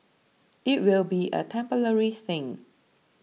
it will be a temporary thing